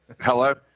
Hello